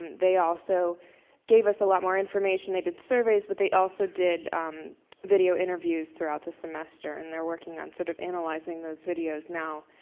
they also gave us a lot more information. they did surveys, but they also did video interviews throughout the semester and they're working on sort of analyzing those videos now.